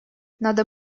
надо